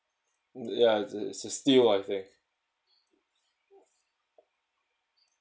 ya it's a steal I think